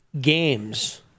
games